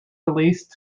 release